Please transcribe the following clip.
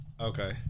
Okay